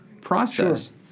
process